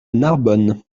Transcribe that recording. narbonne